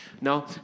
Now